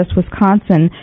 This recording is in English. Wisconsin